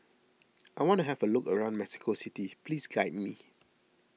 I want to have a look around Mexico City please guide me